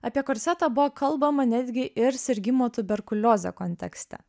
apie korsetą buvo kalbama netgi ir sirgimo tuberkulioze kontekste